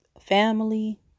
family